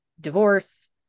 divorce